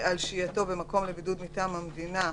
על שהייתו במקום לבידוד מטעם המדינה,